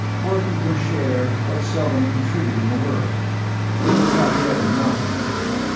working her share but seldom contributing a word we were not yet in mountain country.